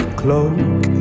cloak